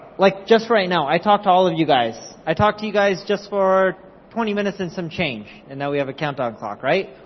like, just for right now, i talked to all of you guys. i talked to you guys, just for twenty minutes and some change, and now we have a countdown clock, right?